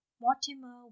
mortimer